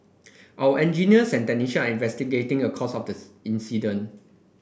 our engineers and technicians are investigating the cause of the incident